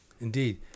Indeed